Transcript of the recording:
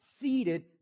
seated